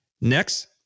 Next